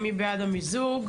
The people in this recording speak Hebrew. מי בעד המיזוג?